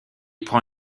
prend